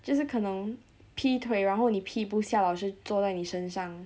就是可能劈腿然后你劈不下老师坐在你身上